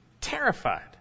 terrified